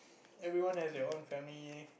everyone has their own family